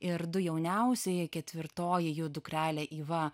ir du jauniausieji ketvirtoji jų dukrelė iva